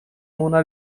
mona